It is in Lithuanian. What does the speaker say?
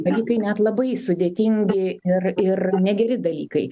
dalykai net labai sudėtingi ir ir negeri dalykai